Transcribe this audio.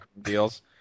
deals